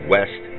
West